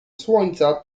słońca